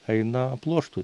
eina pluoštui